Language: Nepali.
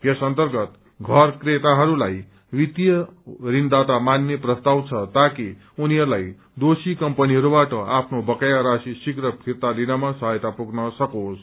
यस अन्तर्गत घर क्रेताहरूलाई वित्तीय ऋणदाता मात्रे प्रस्ताव छ ताकि उनीहरूलाई दोषी कम्पनीहरूबाट आफ्नो बक्राया राशि श्रीप्र फिर्ता लिनमा सहायता पुग्न सकोस्